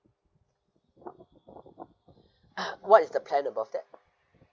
what is the plan above that